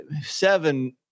Seven